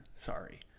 Sorry